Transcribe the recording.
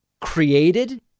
created